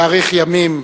יאריך ימים.